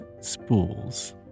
spools